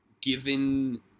given